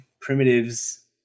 primitives